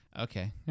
Okay